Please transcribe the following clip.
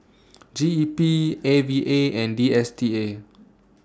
G E P A V A and D S T A